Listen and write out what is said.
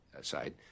side